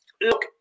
look